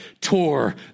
tore